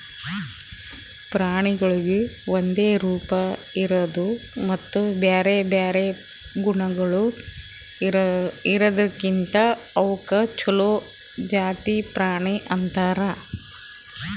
ಪ್ರಾಣಿಗೊಳ್ ಒಂದೆ ರೂಪ, ಇರದು ಮತ್ತ ಬ್ಯಾರೆ ಬ್ಯಾರೆ ಗುಣಗೊಳ್ ಇರದ್ ಲಿಂತ್ ಅವುಕ್ ಛಲೋ ಜಾತಿ ಪ್ರಾಣಿ ಅಂತರ್